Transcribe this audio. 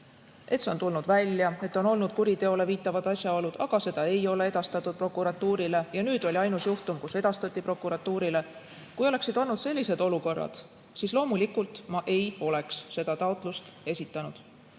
et see on tulnud välja, et on olnud kuriteole viitavad asjaolud, aga seda ei ole edastatud prokuratuurile ja nüüd oli ainus juhtum, kus edastati prokuratuurile – kui oleksid olnud sellised olukorrad, siis loomulikult ma ei oleks seda taotlust esitanud.